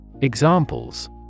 Examples